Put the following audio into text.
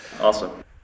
awesome